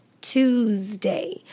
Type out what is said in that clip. Tuesday